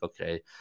okay